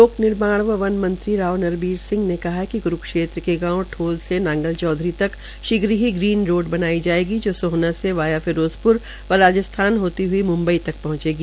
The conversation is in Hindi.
लोक निर्माण व वन मंत्री राव नरबीर सिंह ने कहा है कि कुरूक्षेत्र के गांव ठोल से नांगल चौधरी तक शीध ही ग्रीन रोड बनाया जायेगा जो सोहना से वाया फिरोजप्र व राजस्थान होता ह्आ मुम्बई तक पहुंचेगा